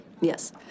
Yes